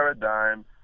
paradigm